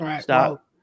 stop